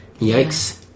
Yikes